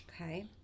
Okay